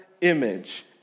image